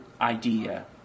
idea